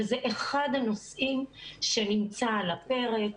וזה אחד הנושאים שנמצא על הפרק.